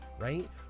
right